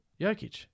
Jokic